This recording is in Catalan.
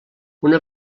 una